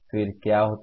फिर क्या होता है